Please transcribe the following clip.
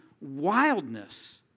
wildness